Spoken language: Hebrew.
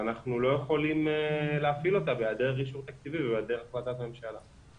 ואנחנו לא יכולים להפעיל אותה בהיעדר אישור תקציבי ובהיעדר החלטת ממשלה.